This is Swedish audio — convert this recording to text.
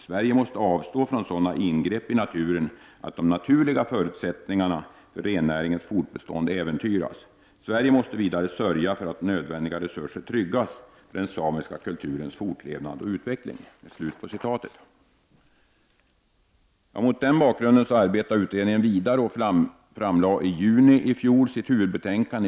Sverige måste avstå från sådana ingrepp i naturen att de naturliga förutsättningarna för rennäringens fortbestånd äventyras. Sverige måste vidare sörja för att nödvändiga resurser tryggas för den samiska kulturens fortlevnad och utveckling.” Mot denna bakgrund arbetade utredningen vidare, och den framlade i juni i fjol sitt huvudbetänkande.